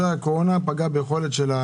משהו שאתם הולכים להתייחס לאירוע הגדול הזה?